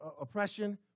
oppression